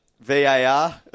VAR